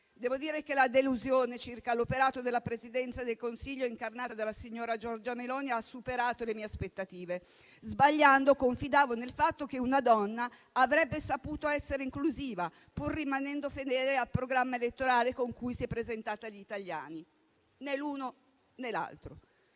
Devo dire che la delusione circa l'operato della Presidenza del Consiglio, incarnata dalla signora Giorgia Meloni, ha superato le mie aspettative. Sbagliando, confidavo nel fatto che una donna avrebbe saputo essere inclusiva, pur rimanendo fedele al programma elettorale con cui si è presentata agli italiani; e invece, né l'uno né l'altro.